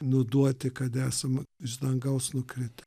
nuduoti kad esam iš dangaus nukritę